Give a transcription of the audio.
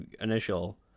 initial